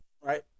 right